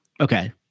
Okay